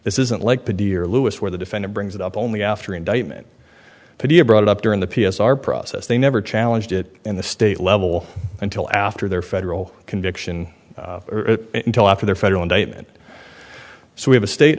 this isn't like the dear louis where the defendant brings it up only after indictment but he brought it up during the p s r process they never challenged it in the state level until after their federal conviction until after their federal indictment so we have a state